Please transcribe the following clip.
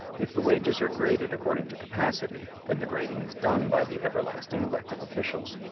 if the wages are graded according to capacity, then the grading is done by the everlasting elective officials.